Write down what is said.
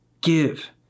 Give